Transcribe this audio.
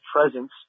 presence